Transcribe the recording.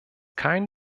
kein